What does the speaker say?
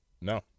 No